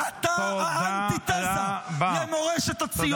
אתה האנטיתזה למורשת הציונות.